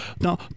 Now